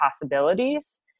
possibilities